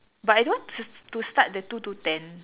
but I don't want s~ to start the two to ten